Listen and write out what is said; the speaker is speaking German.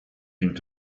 dient